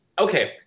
okay